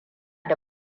da